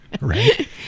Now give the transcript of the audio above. Right